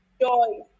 joy